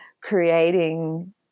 creating